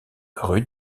rue